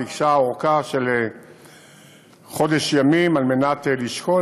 ביקשה ארכה של חודש ימים על מנת לשקול,